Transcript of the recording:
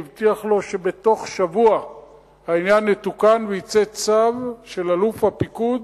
והוא הבטיח לו שבתוך שבוע העניין יתוקן ויצא צו של אלוף הפיקוד